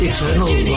Eternal